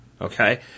Okay